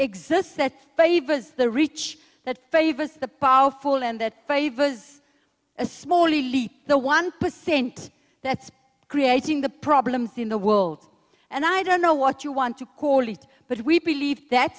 exists that favors the rich that favors the powerful and that favors a small elite the one percent that's creating the problems in the world and i don't know what you want to call it but we believe that